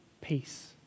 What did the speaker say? peace